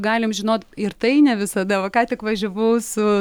galim žinot ir tai ne visada va ką tik važiavau su